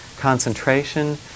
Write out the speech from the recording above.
Concentration